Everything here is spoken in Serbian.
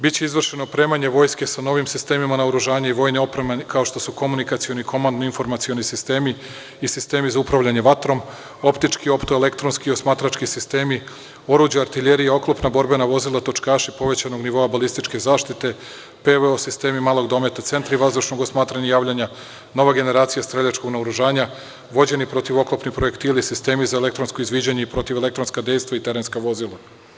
Biće izvršeno opremanje vojske sa novih sistemima naoružanja i vojne opreme, kao što su komunikacioni i komandno-informacioni sistemi i sistemi za upravljanje vatrom, optički, elektronski i osmatrački sistemi, oruđe, artiljerija, oklopna borbena vozila, točkaši povećanog nivoa, balističke zaštite, PVO sistemi malog dometa, centri vazdušnog osmatranja i javljanja, nova generacija streljačkog naoružanja, vođeni protivoklopni projektili, sistemi za elektronsko izviđanje i protivelektronska dejstva i terenska vozila.